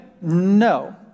no